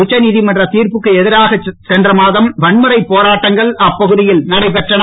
உச்ச நீதமன்ற திர்ப்புக்கு எதிராக சென்ற மாதம் வன்முறை போராட்டங்கள் அப்பகுதியில் நடைபெற்றன